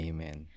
Amen